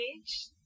age